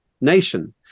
nation